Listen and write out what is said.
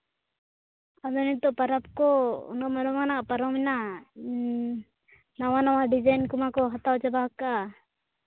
ᱟᱫᱚ ᱱᱤᱛᱚᱜ ᱯᱚᱨᱚᱵᱽ ᱠᱚ ᱩᱱᱟᱹᱜ ᱢᱟᱨᱟᱝ ᱢᱟᱨᱟᱝ ᱟᱜ ᱯᱟᱨᱚᱢ ᱮᱱᱟ ᱱᱟᱣᱟ ᱱᱟᱣᱟ ᱰᱤᱡᱟᱭᱤᱱ ᱠᱚᱢᱟ ᱠᱚ ᱦᱟᱛᱟᱣ ᱪᱟᱵᱟ ᱠᱟᱜ